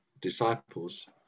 disciples